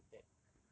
he say that